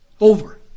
over